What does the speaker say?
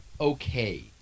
okay